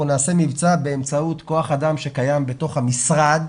אנחנו נעשה מבצע באמצעות כוח האדם שקיים בתוך המשרד,